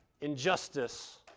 injustice